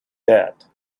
that